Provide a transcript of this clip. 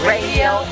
Radio